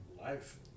life